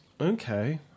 Okay